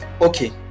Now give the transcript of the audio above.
okay